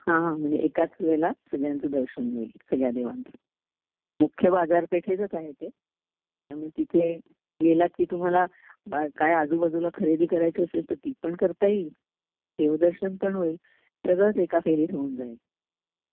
हां हां म्हणजे एकाच वेळेला सगळ्यांचं दर्शन होईल सगळ्या देवांचं मुख्य बाजारपेठेतच आहे ते आणि तिथे गेलात की तुम्हाला बा काय आजूबाजूला खरेदी करायची असेल तर ती पण करता येईल देवदर्शन पण होईल सगळंच एका फेरीत होऊन जाईल